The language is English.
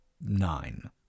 nine